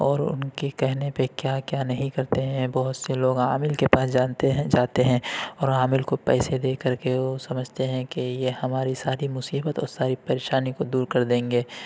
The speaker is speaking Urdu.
اور ان کے کہنے پہ کیا کیا نہیں کرتے ہیں بہت سے لوگ عامل کے پاس جانتے ہیں جاتے ہیں اور عامل کو پیسے دے کر کے وہ سمجھتے ہیں کہ یہ ہماری ساری مصیبت اور ساری پریشانی کو دور کر دیں گے